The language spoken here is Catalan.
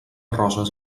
roses